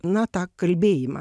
na tą kalbėjimą